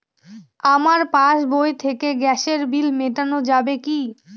আমার পাসবই থেকে গ্যাসের বিল মেটানো যাবে কি?